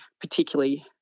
particularly